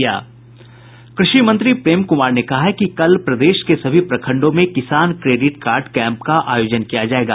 कृषि मंत्री प्रेम कुमार ने कहा है कि कल प्रदेश के सभी प्रखंडों में किसान क्रेडिट कार्ड कैंप का आयोजन किया जायेगा